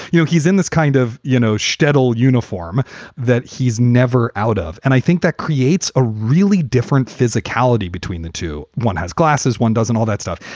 you know, he's in this kind of you know shtetl uniform that he's never out of. and i think that creates a really different physicality between the two. one has glasses, one doesn't all that stuff.